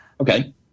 Okay